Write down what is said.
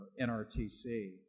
NRTC